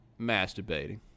masturbating